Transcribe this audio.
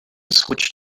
switch